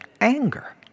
anger